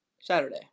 saturday